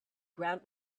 ground